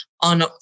on